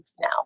now